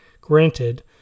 granted